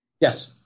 Yes